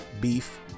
beef